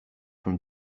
from